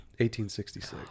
1866